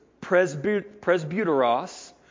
presbyteros